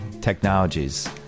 technologies